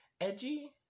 edgy